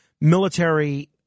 military